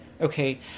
Okay